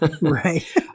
Right